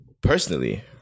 Personally